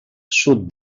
sud